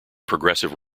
progressive